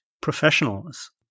professionals